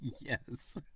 Yes